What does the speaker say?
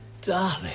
Darling